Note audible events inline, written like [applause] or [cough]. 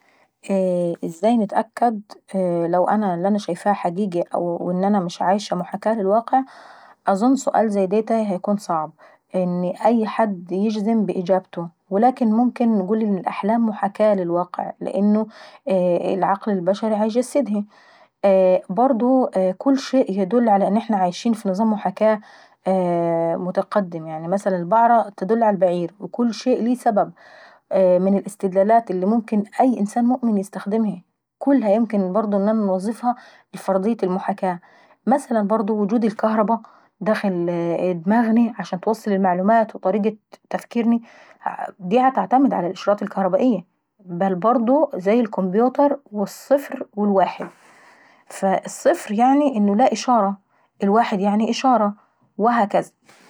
[hesitation] ازاي نتاكد لو ان انا اللي شايفاه حقيقي أو ان انا مش عايشة محاكاة للواقع؟ أظن سؤال زي ديتي هيكون صعب أن أي حد ييجي جنب اجابته. لكن ممكن نقول ان الاحلام محاكاة للواقع لان العقل البشري بيصدهقي. برضوو كل شيء بيدل على ان احنا عايشين في نظام محاكاة متقدم يعنيي مثلا البعرة بتدل على البعير، وكل شيء له سبب من الاستدلالات اللي ممكن اي انسان مؤمن يستخدمها واللي ان انا ممكن انوظفها في فرضية المحاكاة. ومثلا برضه وجود الكهربا داخل ضماغنا عشان اتوصل المعلومات وطريقة تفكريني دي بتعتمد على اشارات كهربائيي بل برضه زي الكمبيوتر والصفر والواحد فالصفر يعني لا اشارة والواحد يعني اشارة. وهكذي.